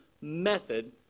method